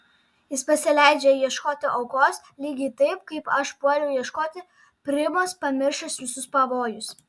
jis pasileidžia ieškoti aukos lygiai taip kaip aš puoliau ieškoti primos pamiršęs visus pavojus